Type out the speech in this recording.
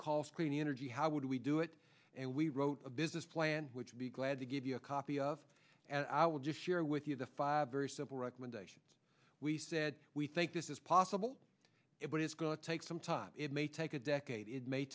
cost clean energy how would we do it and we wrote a business plan which would be glad to give you a copy of and i will just share with you the five very simple recommendations we said we think this is possible but it's going to take some time it may take a decade it may